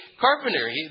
carpenter